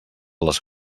les